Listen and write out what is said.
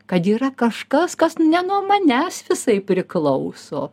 kad yra kažkas kas ne nuo manęs visai priklauso